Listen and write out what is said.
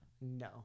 No